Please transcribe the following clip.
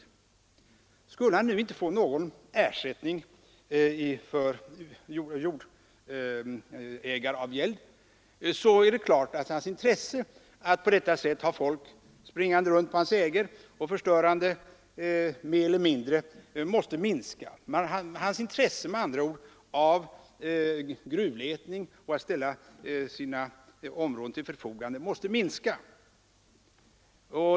Skulle fastighetsägaren nu inte få någon ersättning för jordägaravgäld, så är det klart att hans intresse för att ha människor springande runt på ägorna och förorsakande större eller mindre förstörelse måste minska. Med andra ord måste hans intresse minska för att ställa sitt område till förfogande för gruvletning.